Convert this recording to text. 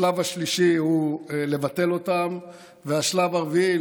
השלב השלישי הוא לבטל אותם והשלב הרביעי,